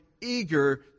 eager